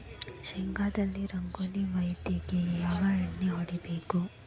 ಶೇಂಗಾದಲ್ಲಿ ರಂಗೋಲಿ ವ್ಯಾಧಿಗೆ ಯಾವ ಎಣ್ಣಿ ಹೊಡಿಬೇಕು?